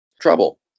Trouble